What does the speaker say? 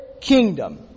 kingdom